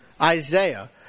Isaiah